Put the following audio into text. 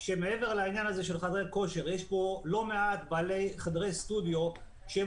יש פה לא מעט בעלי חדרי סטודיו שהם